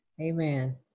Amen